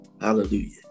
Hallelujah